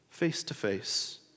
face-to-face